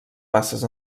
passes